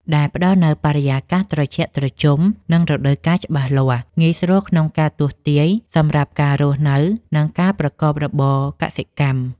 ដែលផ្ដល់នូវបរិយាកាសត្រជាក់ត្រជុំ និងរដូវកាលច្បាស់លាស់ងាយស្រួលក្នុងការទស្សន៍ទាយសម្រាប់ការរស់នៅ និងការប្រកបរបរកសិកម្ម។